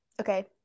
Okay